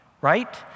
right